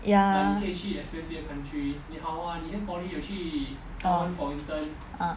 ya ah ah